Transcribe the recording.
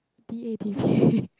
D A T V